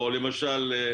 או למשל,